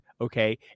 okay